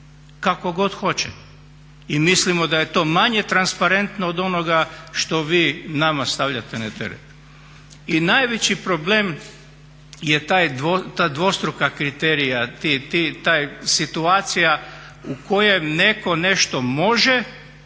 kako god hoće i mislimo da je to manje transparentno od onoga što vi nama stavljate na teret. I najveći problem je ta dvostruka kriterija, ta situacija u kojem netko nešto može,